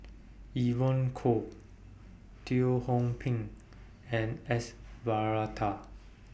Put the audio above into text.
Evon Kow Teo Hong Pin and S Varathan